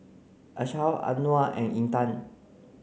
Ashraff Anuar and Intan